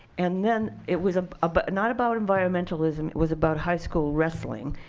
and then it was ah ah but not about environmentalism. it was about high school wrestling.